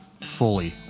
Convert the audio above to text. fully